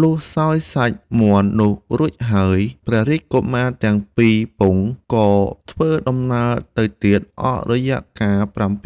លុះសោយសាច់មាន់នោះរួចហើយ ព្រះរាជកុមារទាំង២ពង្សក៏ធ្វើដំណើរទៅទៀតអស់រយៈកាល